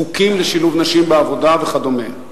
חוקים לשילוב נשים בעבודה וכדומה.